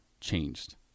changed